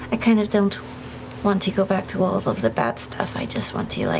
i kind of don't want to go back to all of the bad stuff. i just want to, like,